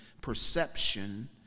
perception